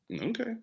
Okay